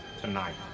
tonight